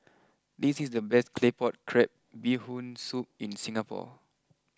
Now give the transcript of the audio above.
this is the best Claypot Crab Bee Hoon Soup in Singapore